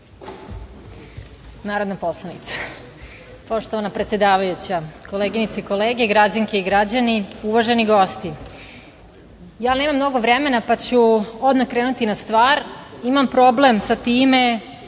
Narodna poslanica. Poštovana predsedavajuća, koleginice i kolege, građanke i građani, uvaženi gosti, ja nemam mnogo vremena pa ću odmah krenuti na stvar. Imam problem sa time